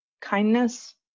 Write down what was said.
kindness